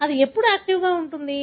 ఇది ఎప్పుడు యాక్టివ్గా ఉంటుంది